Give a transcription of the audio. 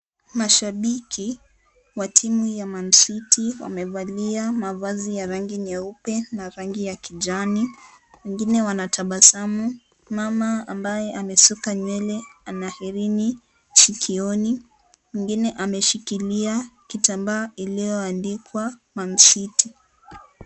Mashabiki wa timu ya Man City. Wamevalia mavazi ya rangi nyeupe na rangi ya kijani. Wengine wanatabasamu. Mama ambaye amesuka nywele, ana hereni sikio ni. Mwingine ameshikilia kitambaa iliyoandikwa Man City.